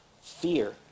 fear